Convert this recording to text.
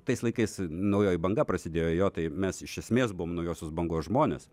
tais laikais naujoji banga prasidėjo jo tai mes iš esmės buvom naujosios bangos žmonės